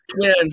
twins